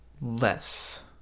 less